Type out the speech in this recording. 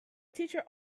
teacher